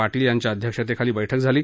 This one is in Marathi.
पाटील यांच्या अध्यक्षतेखाली बैठक झाली